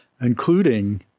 including